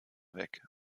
weg